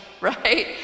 right